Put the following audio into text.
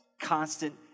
constant